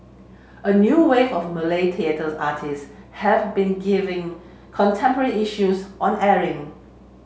a new wave of Malay theatre artists have been giving contemporary issues on airing